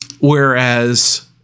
Whereas